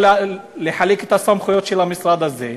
או לחלק את הסמכויות של המשרד הזה,